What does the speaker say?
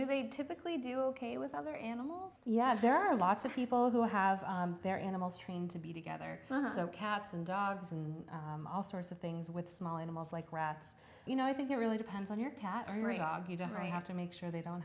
do they typically do ok with other animals yet there are lots of people who have their animals trained to be together so cats and dogs and all sorts of things with small animals like rats you know i think it really depends on your cat or a dog you don't have to make sure they don't